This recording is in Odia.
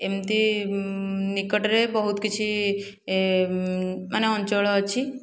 ଏମିତି ନିକଟରେ ବହୁତ କିଛି ଏ ମାନେ ଅଞ୍ଚଳ ଅଛି